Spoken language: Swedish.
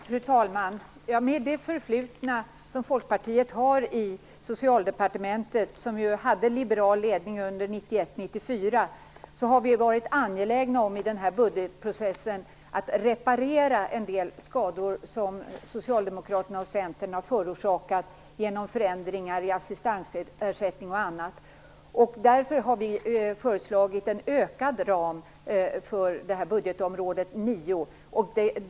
Fru talman! Med tanke på Folkpartiets förflutna i Socialdepartementet, där man ju hade en liberal ledning 1991-1994, har vi i den här budgetprocessen varit angelägna om att reparera en del skador som Socialdemokraterna och Centern har förorsakat genom förändringar i assistansersättning och annat. Därför har vi föreslagit en utökad ram för budgetområde 9.